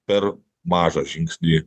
per mažą žingsnį